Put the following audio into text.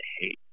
hate